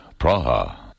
Praha